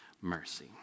mercy